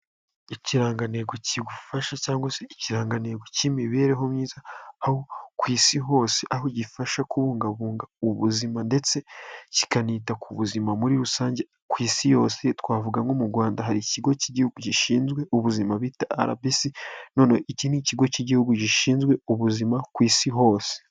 Ikirangantego kidufasha cyangwa se ikirangantengo cy'imibereho myiza, aho ku isi hose aho gifasha kubungabunga ubuzima ndetse kikanita ku buzima muri rusange ku isi yose, twavuga nko mu Rwanda hari ikigo cy'igihugu gishinzwe ubuzima bita RBC, iki ni ikigo cy'igihugu gishinzwe ubuzima ku isi hose.